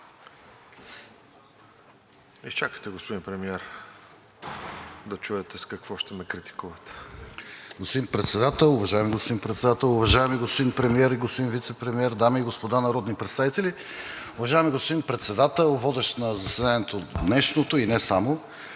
Изчакайте, господин Премиер, да чуете за какво ще ме критикуват. ИВАН ЧЕНЧЕВ (БСП за България): Уважаеми господин Председател, уважаеми господин Премиер, и господин Вицепремиер, дами и господа народни представители! Уважаеми господин Председател, водещ на заседанието, днешното, и не само